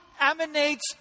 emanates